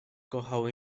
kochał